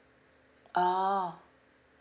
ah